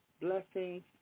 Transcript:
blessings